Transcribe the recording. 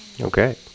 Okay